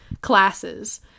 classes